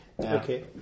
Okay